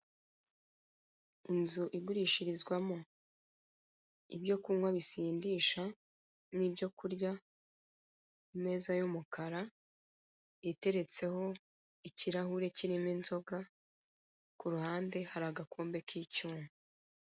Inzu igurishirizwamo ibyo kunywa bisindisha n'ibyo kurya, imeza y'umukara iteretseho ikirahure kirimo inzoga ku ruhande hari agakombe k'icyuma.